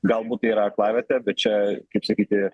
galbūt tai yra aklavietė bet čia kaip sakyti